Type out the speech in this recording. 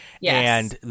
yes